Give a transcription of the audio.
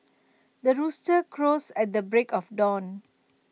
the rooster crows at the break of dawn